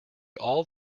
all